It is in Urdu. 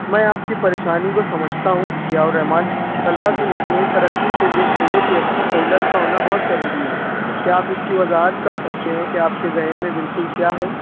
میں آپ کی پریشانی کو سمجھتا ہوں ضیاء الرّحمان طلبہ کی مجموعی ترقی کے لیے کھیلوں کی اچھی سہولت کا ہونا بہت ضروری ہے کیا آپ اِس کی وضاحت کر سکتے ہیں کہ آپ کے ذہن میں بالکل کیا ہے